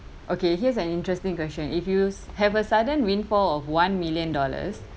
okay here's an interesting question if you have a sudden windfall of one million dollars